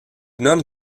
non